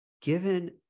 given